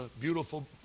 beautiful